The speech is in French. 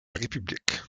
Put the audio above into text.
république